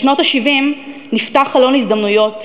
בשנות ה-70 נפתח חלון הזדמנויות,